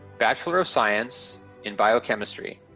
bachelor of science in biochemistry.